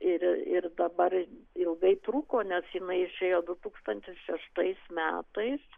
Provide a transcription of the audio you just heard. ir ir dabar ilgai truko nes jinai išėjo du tūkstantis šeštais metais